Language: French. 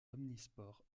omnisports